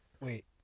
Wait